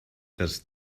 das